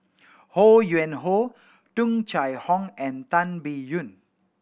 Ho Yuen Hoe Tung Chye Hong and Tan Biyun